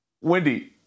Wendy